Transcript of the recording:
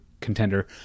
contender